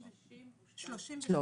לא.